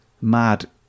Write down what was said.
mad